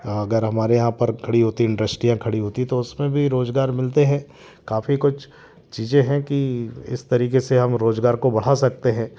अगर हमारे यहाँ पर खड़ी होती इंडस्ट्रियाँ खड़ी होती तो उसमें भी रोजगार मिलते हैं काफ़ी कुछ चीज़ें हैं कि इस तरीके से हम रोजगार को बढ़ा सकते हैं